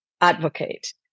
advocate